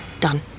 done